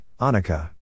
Anika